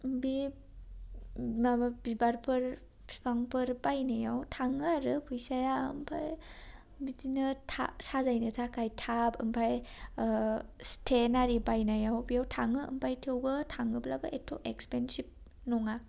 बे माबा बिबारफोर बिफांफोर बायनायाव थाङो आरो फैसाया ओमफ्राय बिदिनो साजायनो थाखाय टाब ओमफ्राय स्टेन्ड आरि बायनायाव बेयाव थाङो थेवबो थाङोब्लाबो एथ' एक्सपेनसिभ नङा